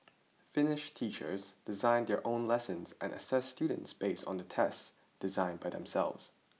Finish teachers design their own lessons and assess students based on tests designed by themselves